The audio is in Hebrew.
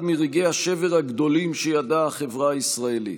מרגעי השבר הגדולים שידעה החברה הישראלית.